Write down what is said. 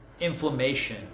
inflammation